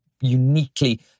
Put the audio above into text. uniquely